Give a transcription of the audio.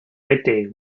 midday